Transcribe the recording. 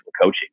coaching